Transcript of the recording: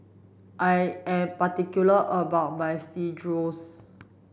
I am particular about my Chorizo